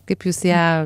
kaip jūs ją